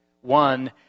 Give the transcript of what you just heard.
One